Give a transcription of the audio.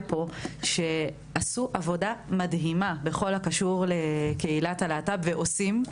הרצנו שעשו עבודה מדהימה בכל הקשור לקהילת הלהט"ב ועדין עושים,